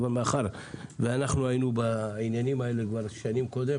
אבל מאחר שאנחנו היינו בעניינים האלה כבר שנים קודם